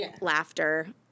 laughter